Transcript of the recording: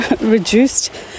reduced